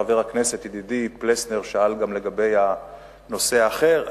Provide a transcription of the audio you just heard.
וחבר הכנסת ידידי פלסנר שאל גם לגבי הנושא האחר.